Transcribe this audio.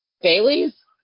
Bailey's